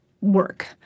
work